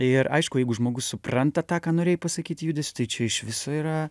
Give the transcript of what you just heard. ir aišku jeigu žmogus supranta tą ką norėjai pasakyt judesiu tai čia iš viso yra